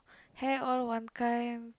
hair all one kind